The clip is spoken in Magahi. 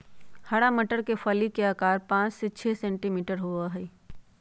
हरा मटर के फली के आकार पाँच से छे सेंटीमीटर होबा हई